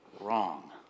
wrong